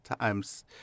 times